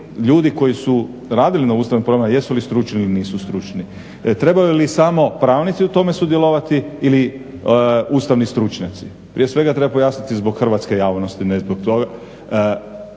ljudi koji su radili na ustavnim promjenama, jesu li stručni ili nisu stručni? Trebaju li samo pravnici u tome sudjelovati ili ustavni stručnjaci. Prije svega treba pojasniti zbog hrvatske javnosti ne zbog toga.